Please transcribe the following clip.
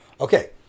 Okay